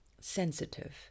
sensitive